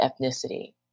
ethnicity